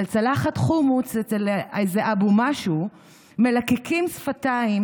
על צלחת חומוס / אצל איזה אבו משהו / מלקקים שפתיים